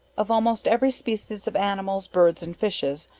of almost every species of animals, birds and fishes,